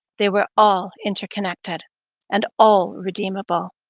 they were all interconnected and all redeemable.